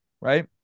right